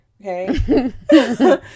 Okay